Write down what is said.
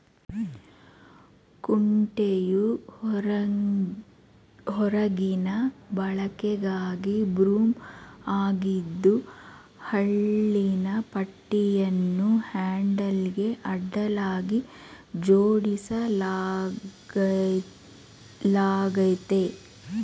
ಕುಂಟೆಯು ಹೊರಗಿನ ಬಳಕೆಗಾಗಿ ಬ್ರೂಮ್ ಆಗಿದ್ದು ಹಲ್ಲಿನ ಪಟ್ಟಿಯನ್ನು ಹ್ಯಾಂಡಲ್ಗೆ ಅಡ್ಡಲಾಗಿ ಜೋಡಿಸಲಾಗಯ್ತೆ